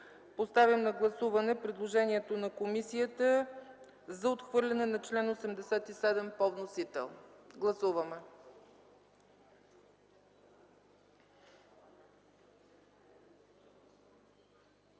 поставям на гласуване предложението на комисията за отхвърляне на чл. 87 по вносител. Гласували